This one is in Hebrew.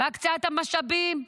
בהקצאת המשאבים,